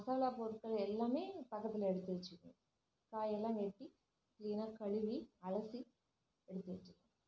மசாலாப் பொருட்கள் எல்லாம் பக்கத்தில் எடுத்து வச்சுக்கணும் காயெல்லாம் வெட்டி கிளீனாக கழுவி அலசி எடுத்து வச்சுக்கணும்